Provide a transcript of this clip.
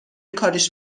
کاریش